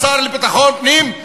השר לביטחון פנים,